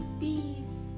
peace